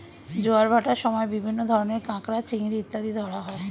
জোয়ার ভাটার সময় বিভিন্ন ধরনের কাঁকড়া, চিংড়ি ইত্যাদি ধরা হয়